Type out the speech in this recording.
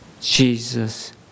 Jesus